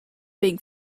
being